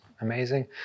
amazing